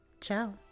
ciao